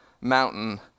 mountain